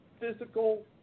physical